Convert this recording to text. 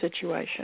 situation